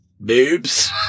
boobs